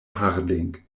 harding